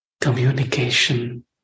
communication